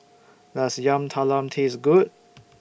Does Yam Talam Taste Good